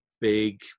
big